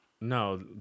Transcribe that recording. No